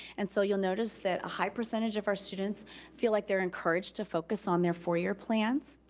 and so you'll notice that a high percentage of our students feel like they're encouraged to focus on their four-year plans.